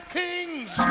kings